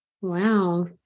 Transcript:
Wow